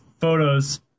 photos